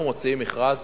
אנחנו מוציאים מכרז.